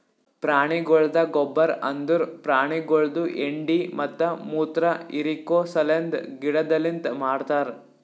ಪ್ರಾಣಿಗೊಳ್ದ ಗೊಬ್ಬರ್ ಅಂದುರ್ ಪ್ರಾಣಿಗೊಳ್ದು ಹೆಂಡಿ ಮತ್ತ ಮುತ್ರ ಹಿರಿಕೋ ಸಲೆಂದ್ ಗಿಡದಲಿಂತ್ ಮಾಡ್ತಾರ್